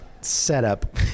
setup